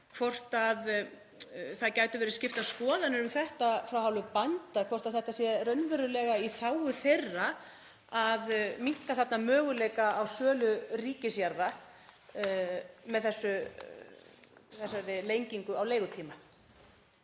hvort það gætu verið skiptar skoðanir um þetta af hálfu bænda, hvort það sé raunverulega í þágu þeirra að minnka þarna möguleika á sölu ríkisjarða með þessari lengingu á leigutíma.